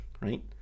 right